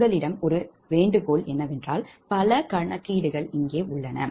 உங்களிடம் எனது வேண்டுகோள் என்னவென்றால் பல கணக்கீடுகள் இங்கே உள்ளன